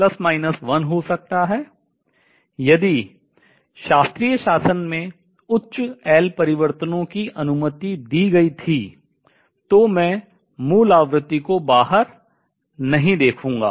यदि classical regime शास्त्रीय शासन में उच्च परिवर्तनों की अनुमति दी गई थी तो मैं मूल आवृत्ति को बाहर नहीं देखूंगा